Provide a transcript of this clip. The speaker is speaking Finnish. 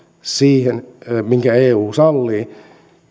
siitä minkä eu sallii